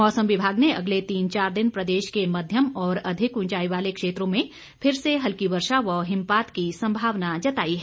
मौसम विभाग ने अगले तीन चार दिन प्रदेश के मध्यम और अधिक ऊंचाई वाले क्षेत्रों में फिर से हल्की वर्षा व हिमपात की संभावना जताई है